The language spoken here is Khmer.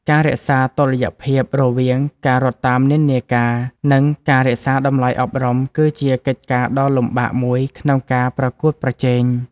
ការរក្សាតុល្យភាពរវាង ការរត់តាមនិន្នាការ និង ការរក្សាតម្លៃអប់រំ គឺជាកិច្ចការដ៏លំបាកមួយក្នុងការប្រកួតប្រជែង។